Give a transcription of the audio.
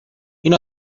این